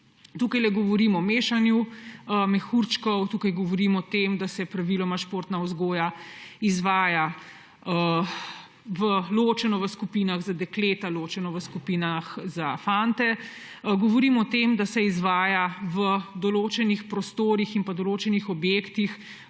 Tukaj govorim o mešanju mehurčkov, tukaj govorim o tem, da se praviloma športna vzgoja izvaja ločeno v skupinah za dekleta, ločeno v skupinah za fante. Govorim o tem, da se izvaja v določenih prostorih in določenih objektih,